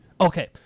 okay